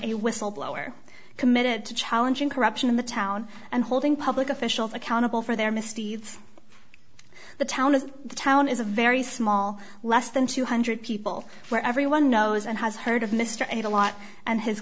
a whistleblower committed to challenging corruption in the town and holding public officials accountable for their misdeeds the town of town is a very small less than two hundred people where everyone knows and has heard of mr ed a lot and his